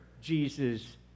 Jesus